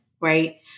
right